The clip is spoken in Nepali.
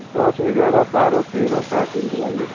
दस एघार बाह्र तेह्र चार दिनको लागि